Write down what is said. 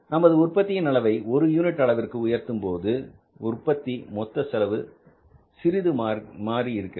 நமது உற்பத்தியின் அளவை ஒரு யூனிட் அளவிற்கு உயர்த்தும்போது உற்பத்தி மொத்த செலவு சிறிது மாறி இருக்கிறது